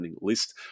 list